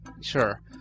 sure